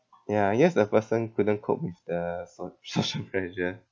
ya I guess the person couldn't cope with the so~ social pressure